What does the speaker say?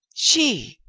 she!